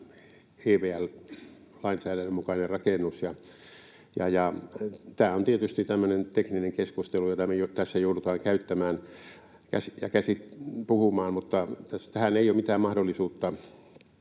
lainsäädännön, EVL:n, mukainen rakennus. Tämä on tietysti tämmöinen tekninen keskustelu, jota me tässä joudutaan käyttämään ja puhumaan, mutta tähän ei ole mitään mahdollisuutta